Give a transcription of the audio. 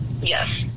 Yes